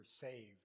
saved